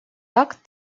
так